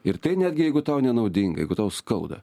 ir tai netgi jeigu tau nenaudinga jeigu tau skauda